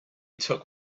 took